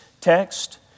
text